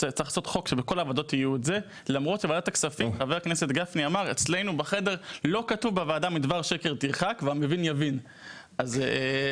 טוב,